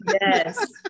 yes